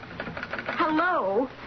Hello